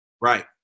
Right